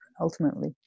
ultimately